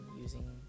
using